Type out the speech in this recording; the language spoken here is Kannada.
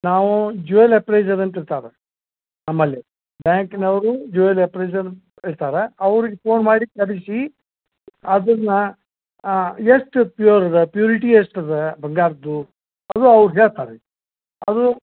ನಾವು ಜ್ಯೂವೆಲ್ ಅಪ್ರೈಜರ್ ಅಂತ ಇರ್ತಾರೆ ರೀ ನಮ್ಮಲ್ಲಿ ಬ್ಯಾಂಕಿನವರು ಜ್ಯೂವೆಲ್ ಅಪ್ರೈಜರ್ ಇರ್ತಾರೆ ಅವ್ರಿಗೆ ಫೋನ್ ಮಾಡಿ ಕರಿಸಿ ಅದನ್ನು ಎಷ್ಟು ಪ್ಯೂರ್ ಅದ ಪ್ಯೂರಿಟಿ ಎಷ್ಟು ಅದ ಬಂಗಾರದ್ದು ಅದು ಅವ್ರು ಹೇಳ್ತಾರೆ ರೀ ಅದು